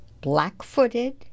Black-footed